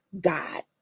God